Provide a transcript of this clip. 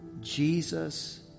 Jesus